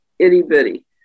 itty-bitty